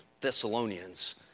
Thessalonians